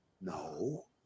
No